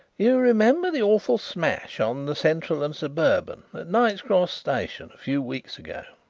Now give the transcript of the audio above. you remember the awful smash on the central and suburban at knight's cross station a few weeks ago?